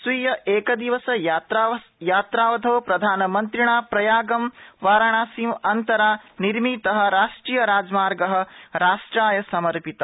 स्वीय एकदिवसयात्रावधौ प्रधानमन्त्रिणा प्रयागं वाराणसीं अन्तरा निर्मित राष्ट्रियराजमार्ग राष्ट्राय समर्पित